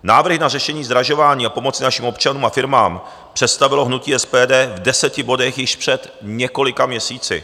Návrhy na řešení zdražování a pomoci našim občanům a firmám představilo hnutí SPD v deseti bodech již před několika měsíci.